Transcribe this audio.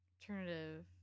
Alternative